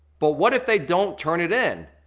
but what if they don't turn it in,